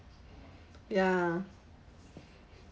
ya